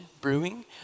brewing